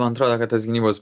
man atrodo kad tas gynybos